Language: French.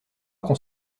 qu’on